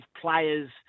players